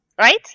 right